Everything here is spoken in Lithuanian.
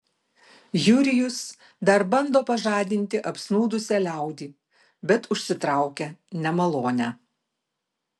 jurijus dar bando pažadinti apsnūdusią liaudį bet užsitraukia nemalonę